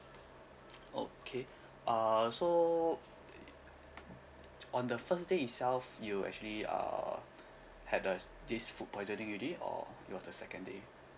okay uh so on the first day itself you actually uh had the s~ this food poisoning already or it was the second day